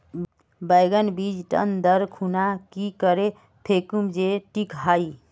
बैगन बीज टन दर खुना की करे फेकुम जे टिक हाई?